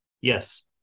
Yes